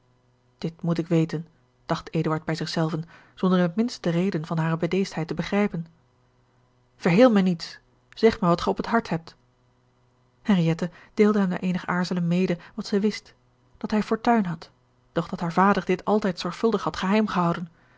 dit moet ik weten dacht eduard bij zich zelven zonder in het minst de reden van hare bedeesdheid te begrijpen verheel mij niets zeg mij wat gij op het hart hebt henriëtte deelde hem na eenig aarzelen mede wat zij wist dat hij fortuin had doch dat haar vader dit altijd zorgvuldig had geheim gehouden